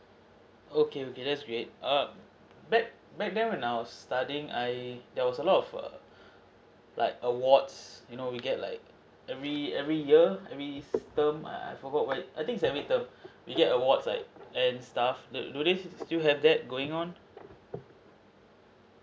okay okay that's great err back back then when I was studying I there was a lot of err like awards you know we get like every every year I mean in term I I forgot what I think it's every term we get awards like and stuff do do they still have that going on